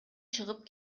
чыгып